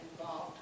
involved